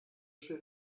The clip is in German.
schön